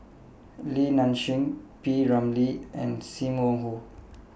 Li Nanxing P Ramlee and SIM Wong Hoo